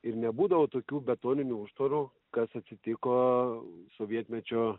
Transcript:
ir nebūdavo tokių betoninių užtvarų kas atsitiko sovietmečio